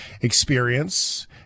experience